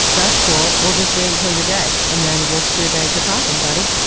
that's cool we'll just wait until you're dead and then we'll scrutinize your coffin, buddy.